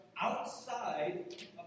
outside